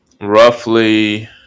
roughly